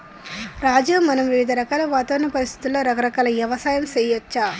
రాజు మనం వివిధ రకాల వాతావరణ పరిస్థితులలో రకరకాల యవసాయం సేయచ్చు